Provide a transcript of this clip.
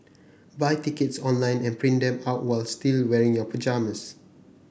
buy tickets online and print them out was still wearing your pyjamas